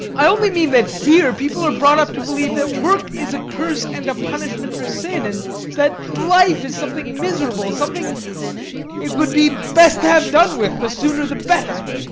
i only mean that here people are brought up to believe that work is a curse and a punishment for sin, and that life is something miserable, something it would be best to have done with, the sooner the better.